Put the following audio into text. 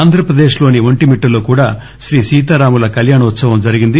ఆంధ్రప్రదేశ్ లోని ఒంటిమిట్టలో కూడా శ్రీ సీతారాముల కళ్యాణోత్సవం జరిగింది